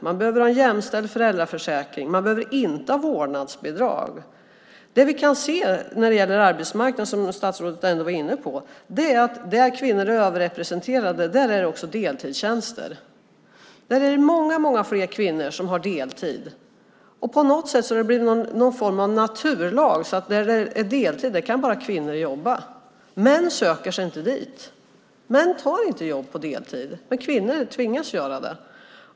Man behöver ha en jämställd föräldraförsäkring. Man behöver inte ha vårdnadsbidrag. Det vi kan se när det gäller arbetsmarknaden, som statsrådet ju tog upp, är att där kvinnor är överrepresenterade är det också deltidstjänster. Det är många fler kvinnor som har deltid. På något sätt har det blivit någon form av naturlag att där det är deltid kan bara kvinnor jobba. Män söker sig inte dit. Män tar inte jobb på deltid, man kvinnor tvingas göra det.